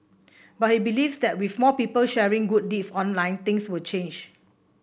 but he believes that with more people sharing good deeds online things will change